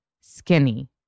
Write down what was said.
skinny